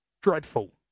Dreadful